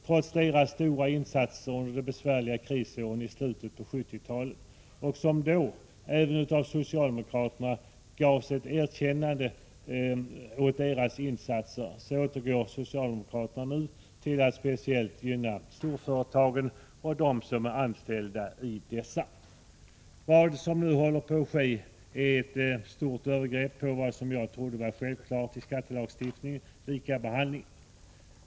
Trots de stora insatser från dessa under de besvärliga krisåren i slutet på 1970-talet som då även socialdemokraterna gav ett erkännande åt, återgår socialdemokraterna nu till att speciellt gynna storföretagen och dem som är anställda i dessa. Vad som nu håller på att ske är ett svårt övergrepp mot något som jag trodde var en självklarhet i skattelagstiftningen, nämligen likabehandlingen.